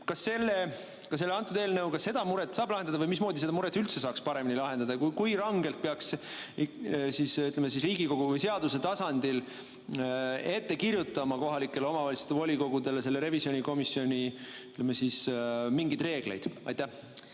Kas selle eelnõuga seda muret saab lahendada? Või mismoodi seda muret üldse saaks paremini lahendada? Kui rangelt peaks, ütleme, siis Riigikogu või seaduse tasandil ette kirjutama kohalike omavalitsuste volikogudele selle revisjonikomisjoni, ütleme, mingeid reegleid? Aitäh!